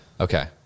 Okay